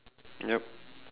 yup